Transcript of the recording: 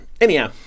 Anyhow